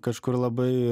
kažkur labai